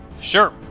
Sure